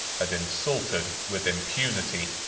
had insulted, with impunity,